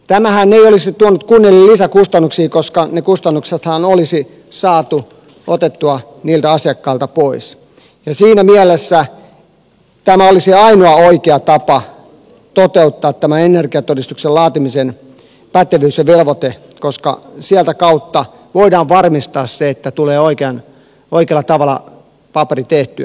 tämähän ei olisi tuonut kunnille lisäkustannuksia koska ne kustannuksethan olisi saatu otettua niiltä asiakkailta pois ja siinä mielessä tämä olisi ainoa oikea tapa toteuttaa tämän energiatodistuksen laatimisen pätevyys ja velvoite koska sitä kautta voidaan varmistaa se että tulee oikealla tavalla paperi tehtyä